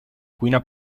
cuina